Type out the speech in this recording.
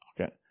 Okay